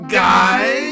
guys